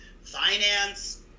finance